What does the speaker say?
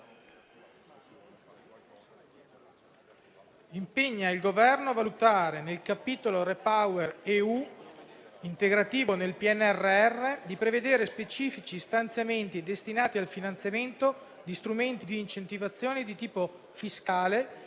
dell'energia, impegna il Governo a valutare nel capitolo REPowerEU, integrativo del PNRR, di prevedere specifici stanziamenti destinati al finanziamento di strumenti di incentivazione di tipo fiscale